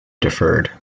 deferred